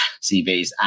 CVs